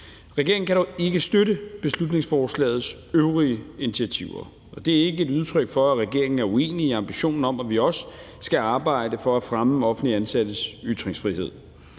Regeringen kan dog ikke støtte beslutningsforslagets øvrige initiativer, og det er ikke et udtryk for, at regeringen er uenig i ambitionen om, at vi også skal arbejde for at fremme offentligt ansattes ytringsfrihed.